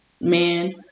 man